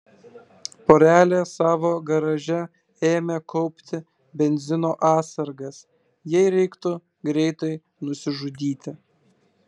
porelė savo garaže ėmė kaupti benzino atsargas jei reiktų greitai nusižudyti